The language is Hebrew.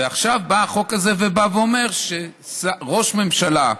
ועכשיו בא החוק הזה ואומר שראש ממשלה,